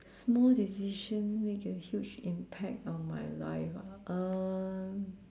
small decision make a huge impact on my life ah uh